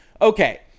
Okay